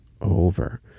over